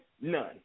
none